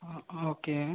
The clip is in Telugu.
ఆ ఓకే